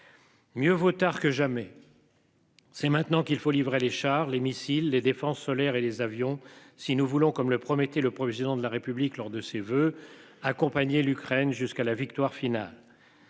Mieux vaut tard que jamais. C'est maintenant qu'il faut livrer les chars, les missiles, les défenses sol-air et les avions. Si nous voulons comme le promettait le président de la République lors de ses voeux accompagner l'Ukraine jusqu'à la victoire finale.